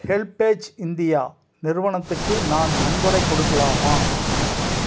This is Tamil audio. ஹெல்பேஜ் இந்தியா நிறுவனத்துக்கு நான் நன்கொடை கொடுக்கலாமா